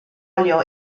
olio